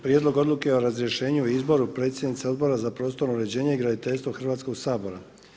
Prijedlog odluke o razrješenju i izboru predsjednice Odbora za prostorno uređenje i graditeljstvo Hrvatskog sabora.